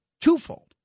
twofold